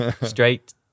Straight